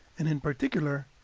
and in particular,